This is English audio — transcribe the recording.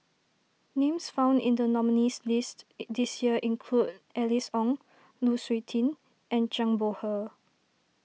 names found in the nominees' list this year include Alice Ong Lu Suitin and Zhang Bohe